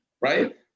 Right